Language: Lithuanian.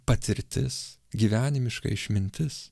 patirtis gyvenimiška išmintis